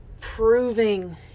proving